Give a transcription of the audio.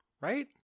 right